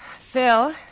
Phil